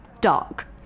dark